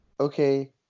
Okay